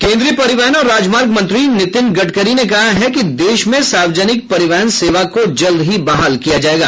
केन्द्रीय परिवहन और राजमार्ग मंत्री नितिन गडकरी ने कहा है कि देश में सार्वजनिक परिवहन सेवा को जल्द ही बहाल किया जायेगा